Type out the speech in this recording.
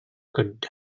көрдө